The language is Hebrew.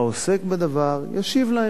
העוסק בדבר, ישיב להם.